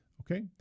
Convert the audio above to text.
okay